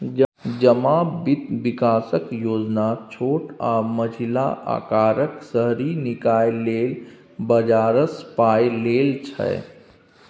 जमा बित्त बिकासक योजना छोट आ मँझिला अकारक शहरी निकाय लेल बजारसँ पाइ लेल छै